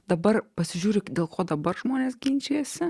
dabar pasižiūri dėl ko dabar žmonės ginčijasi